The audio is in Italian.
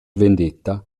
vendetta